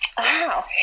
Wow